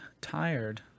tired